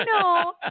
no